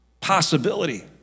possibility